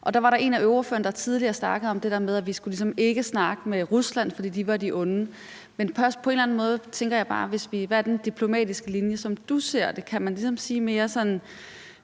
Og der var der en af ordførerne, der tidligere snakkede om det der med, at vi ligesom ikke skulle snakke med Rusland, fordi det var de onde. Men på en eller anden måde tænker jeg også bare: Hvad er den diplomatiske linje, som du ser det? Kan man ligesom sige, at